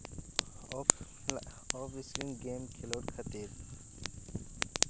off screen game ᱠᱷᱮᱞᱳᱰ ᱠᱷᱟᱹᱛᱤᱨ